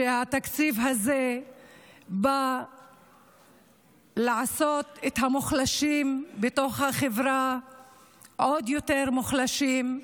התקציב הזה בא לעשות את המוחלשים בתוך החברה עוד יותר מוחלשים,